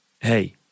Hey